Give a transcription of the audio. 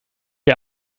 ihr